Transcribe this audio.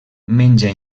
menja